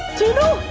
genie!